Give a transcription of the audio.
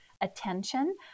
attention